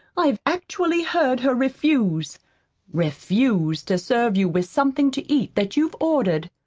i've actually heard her refuse refuse to serve you with something to eat that you'd ordered.